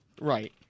Right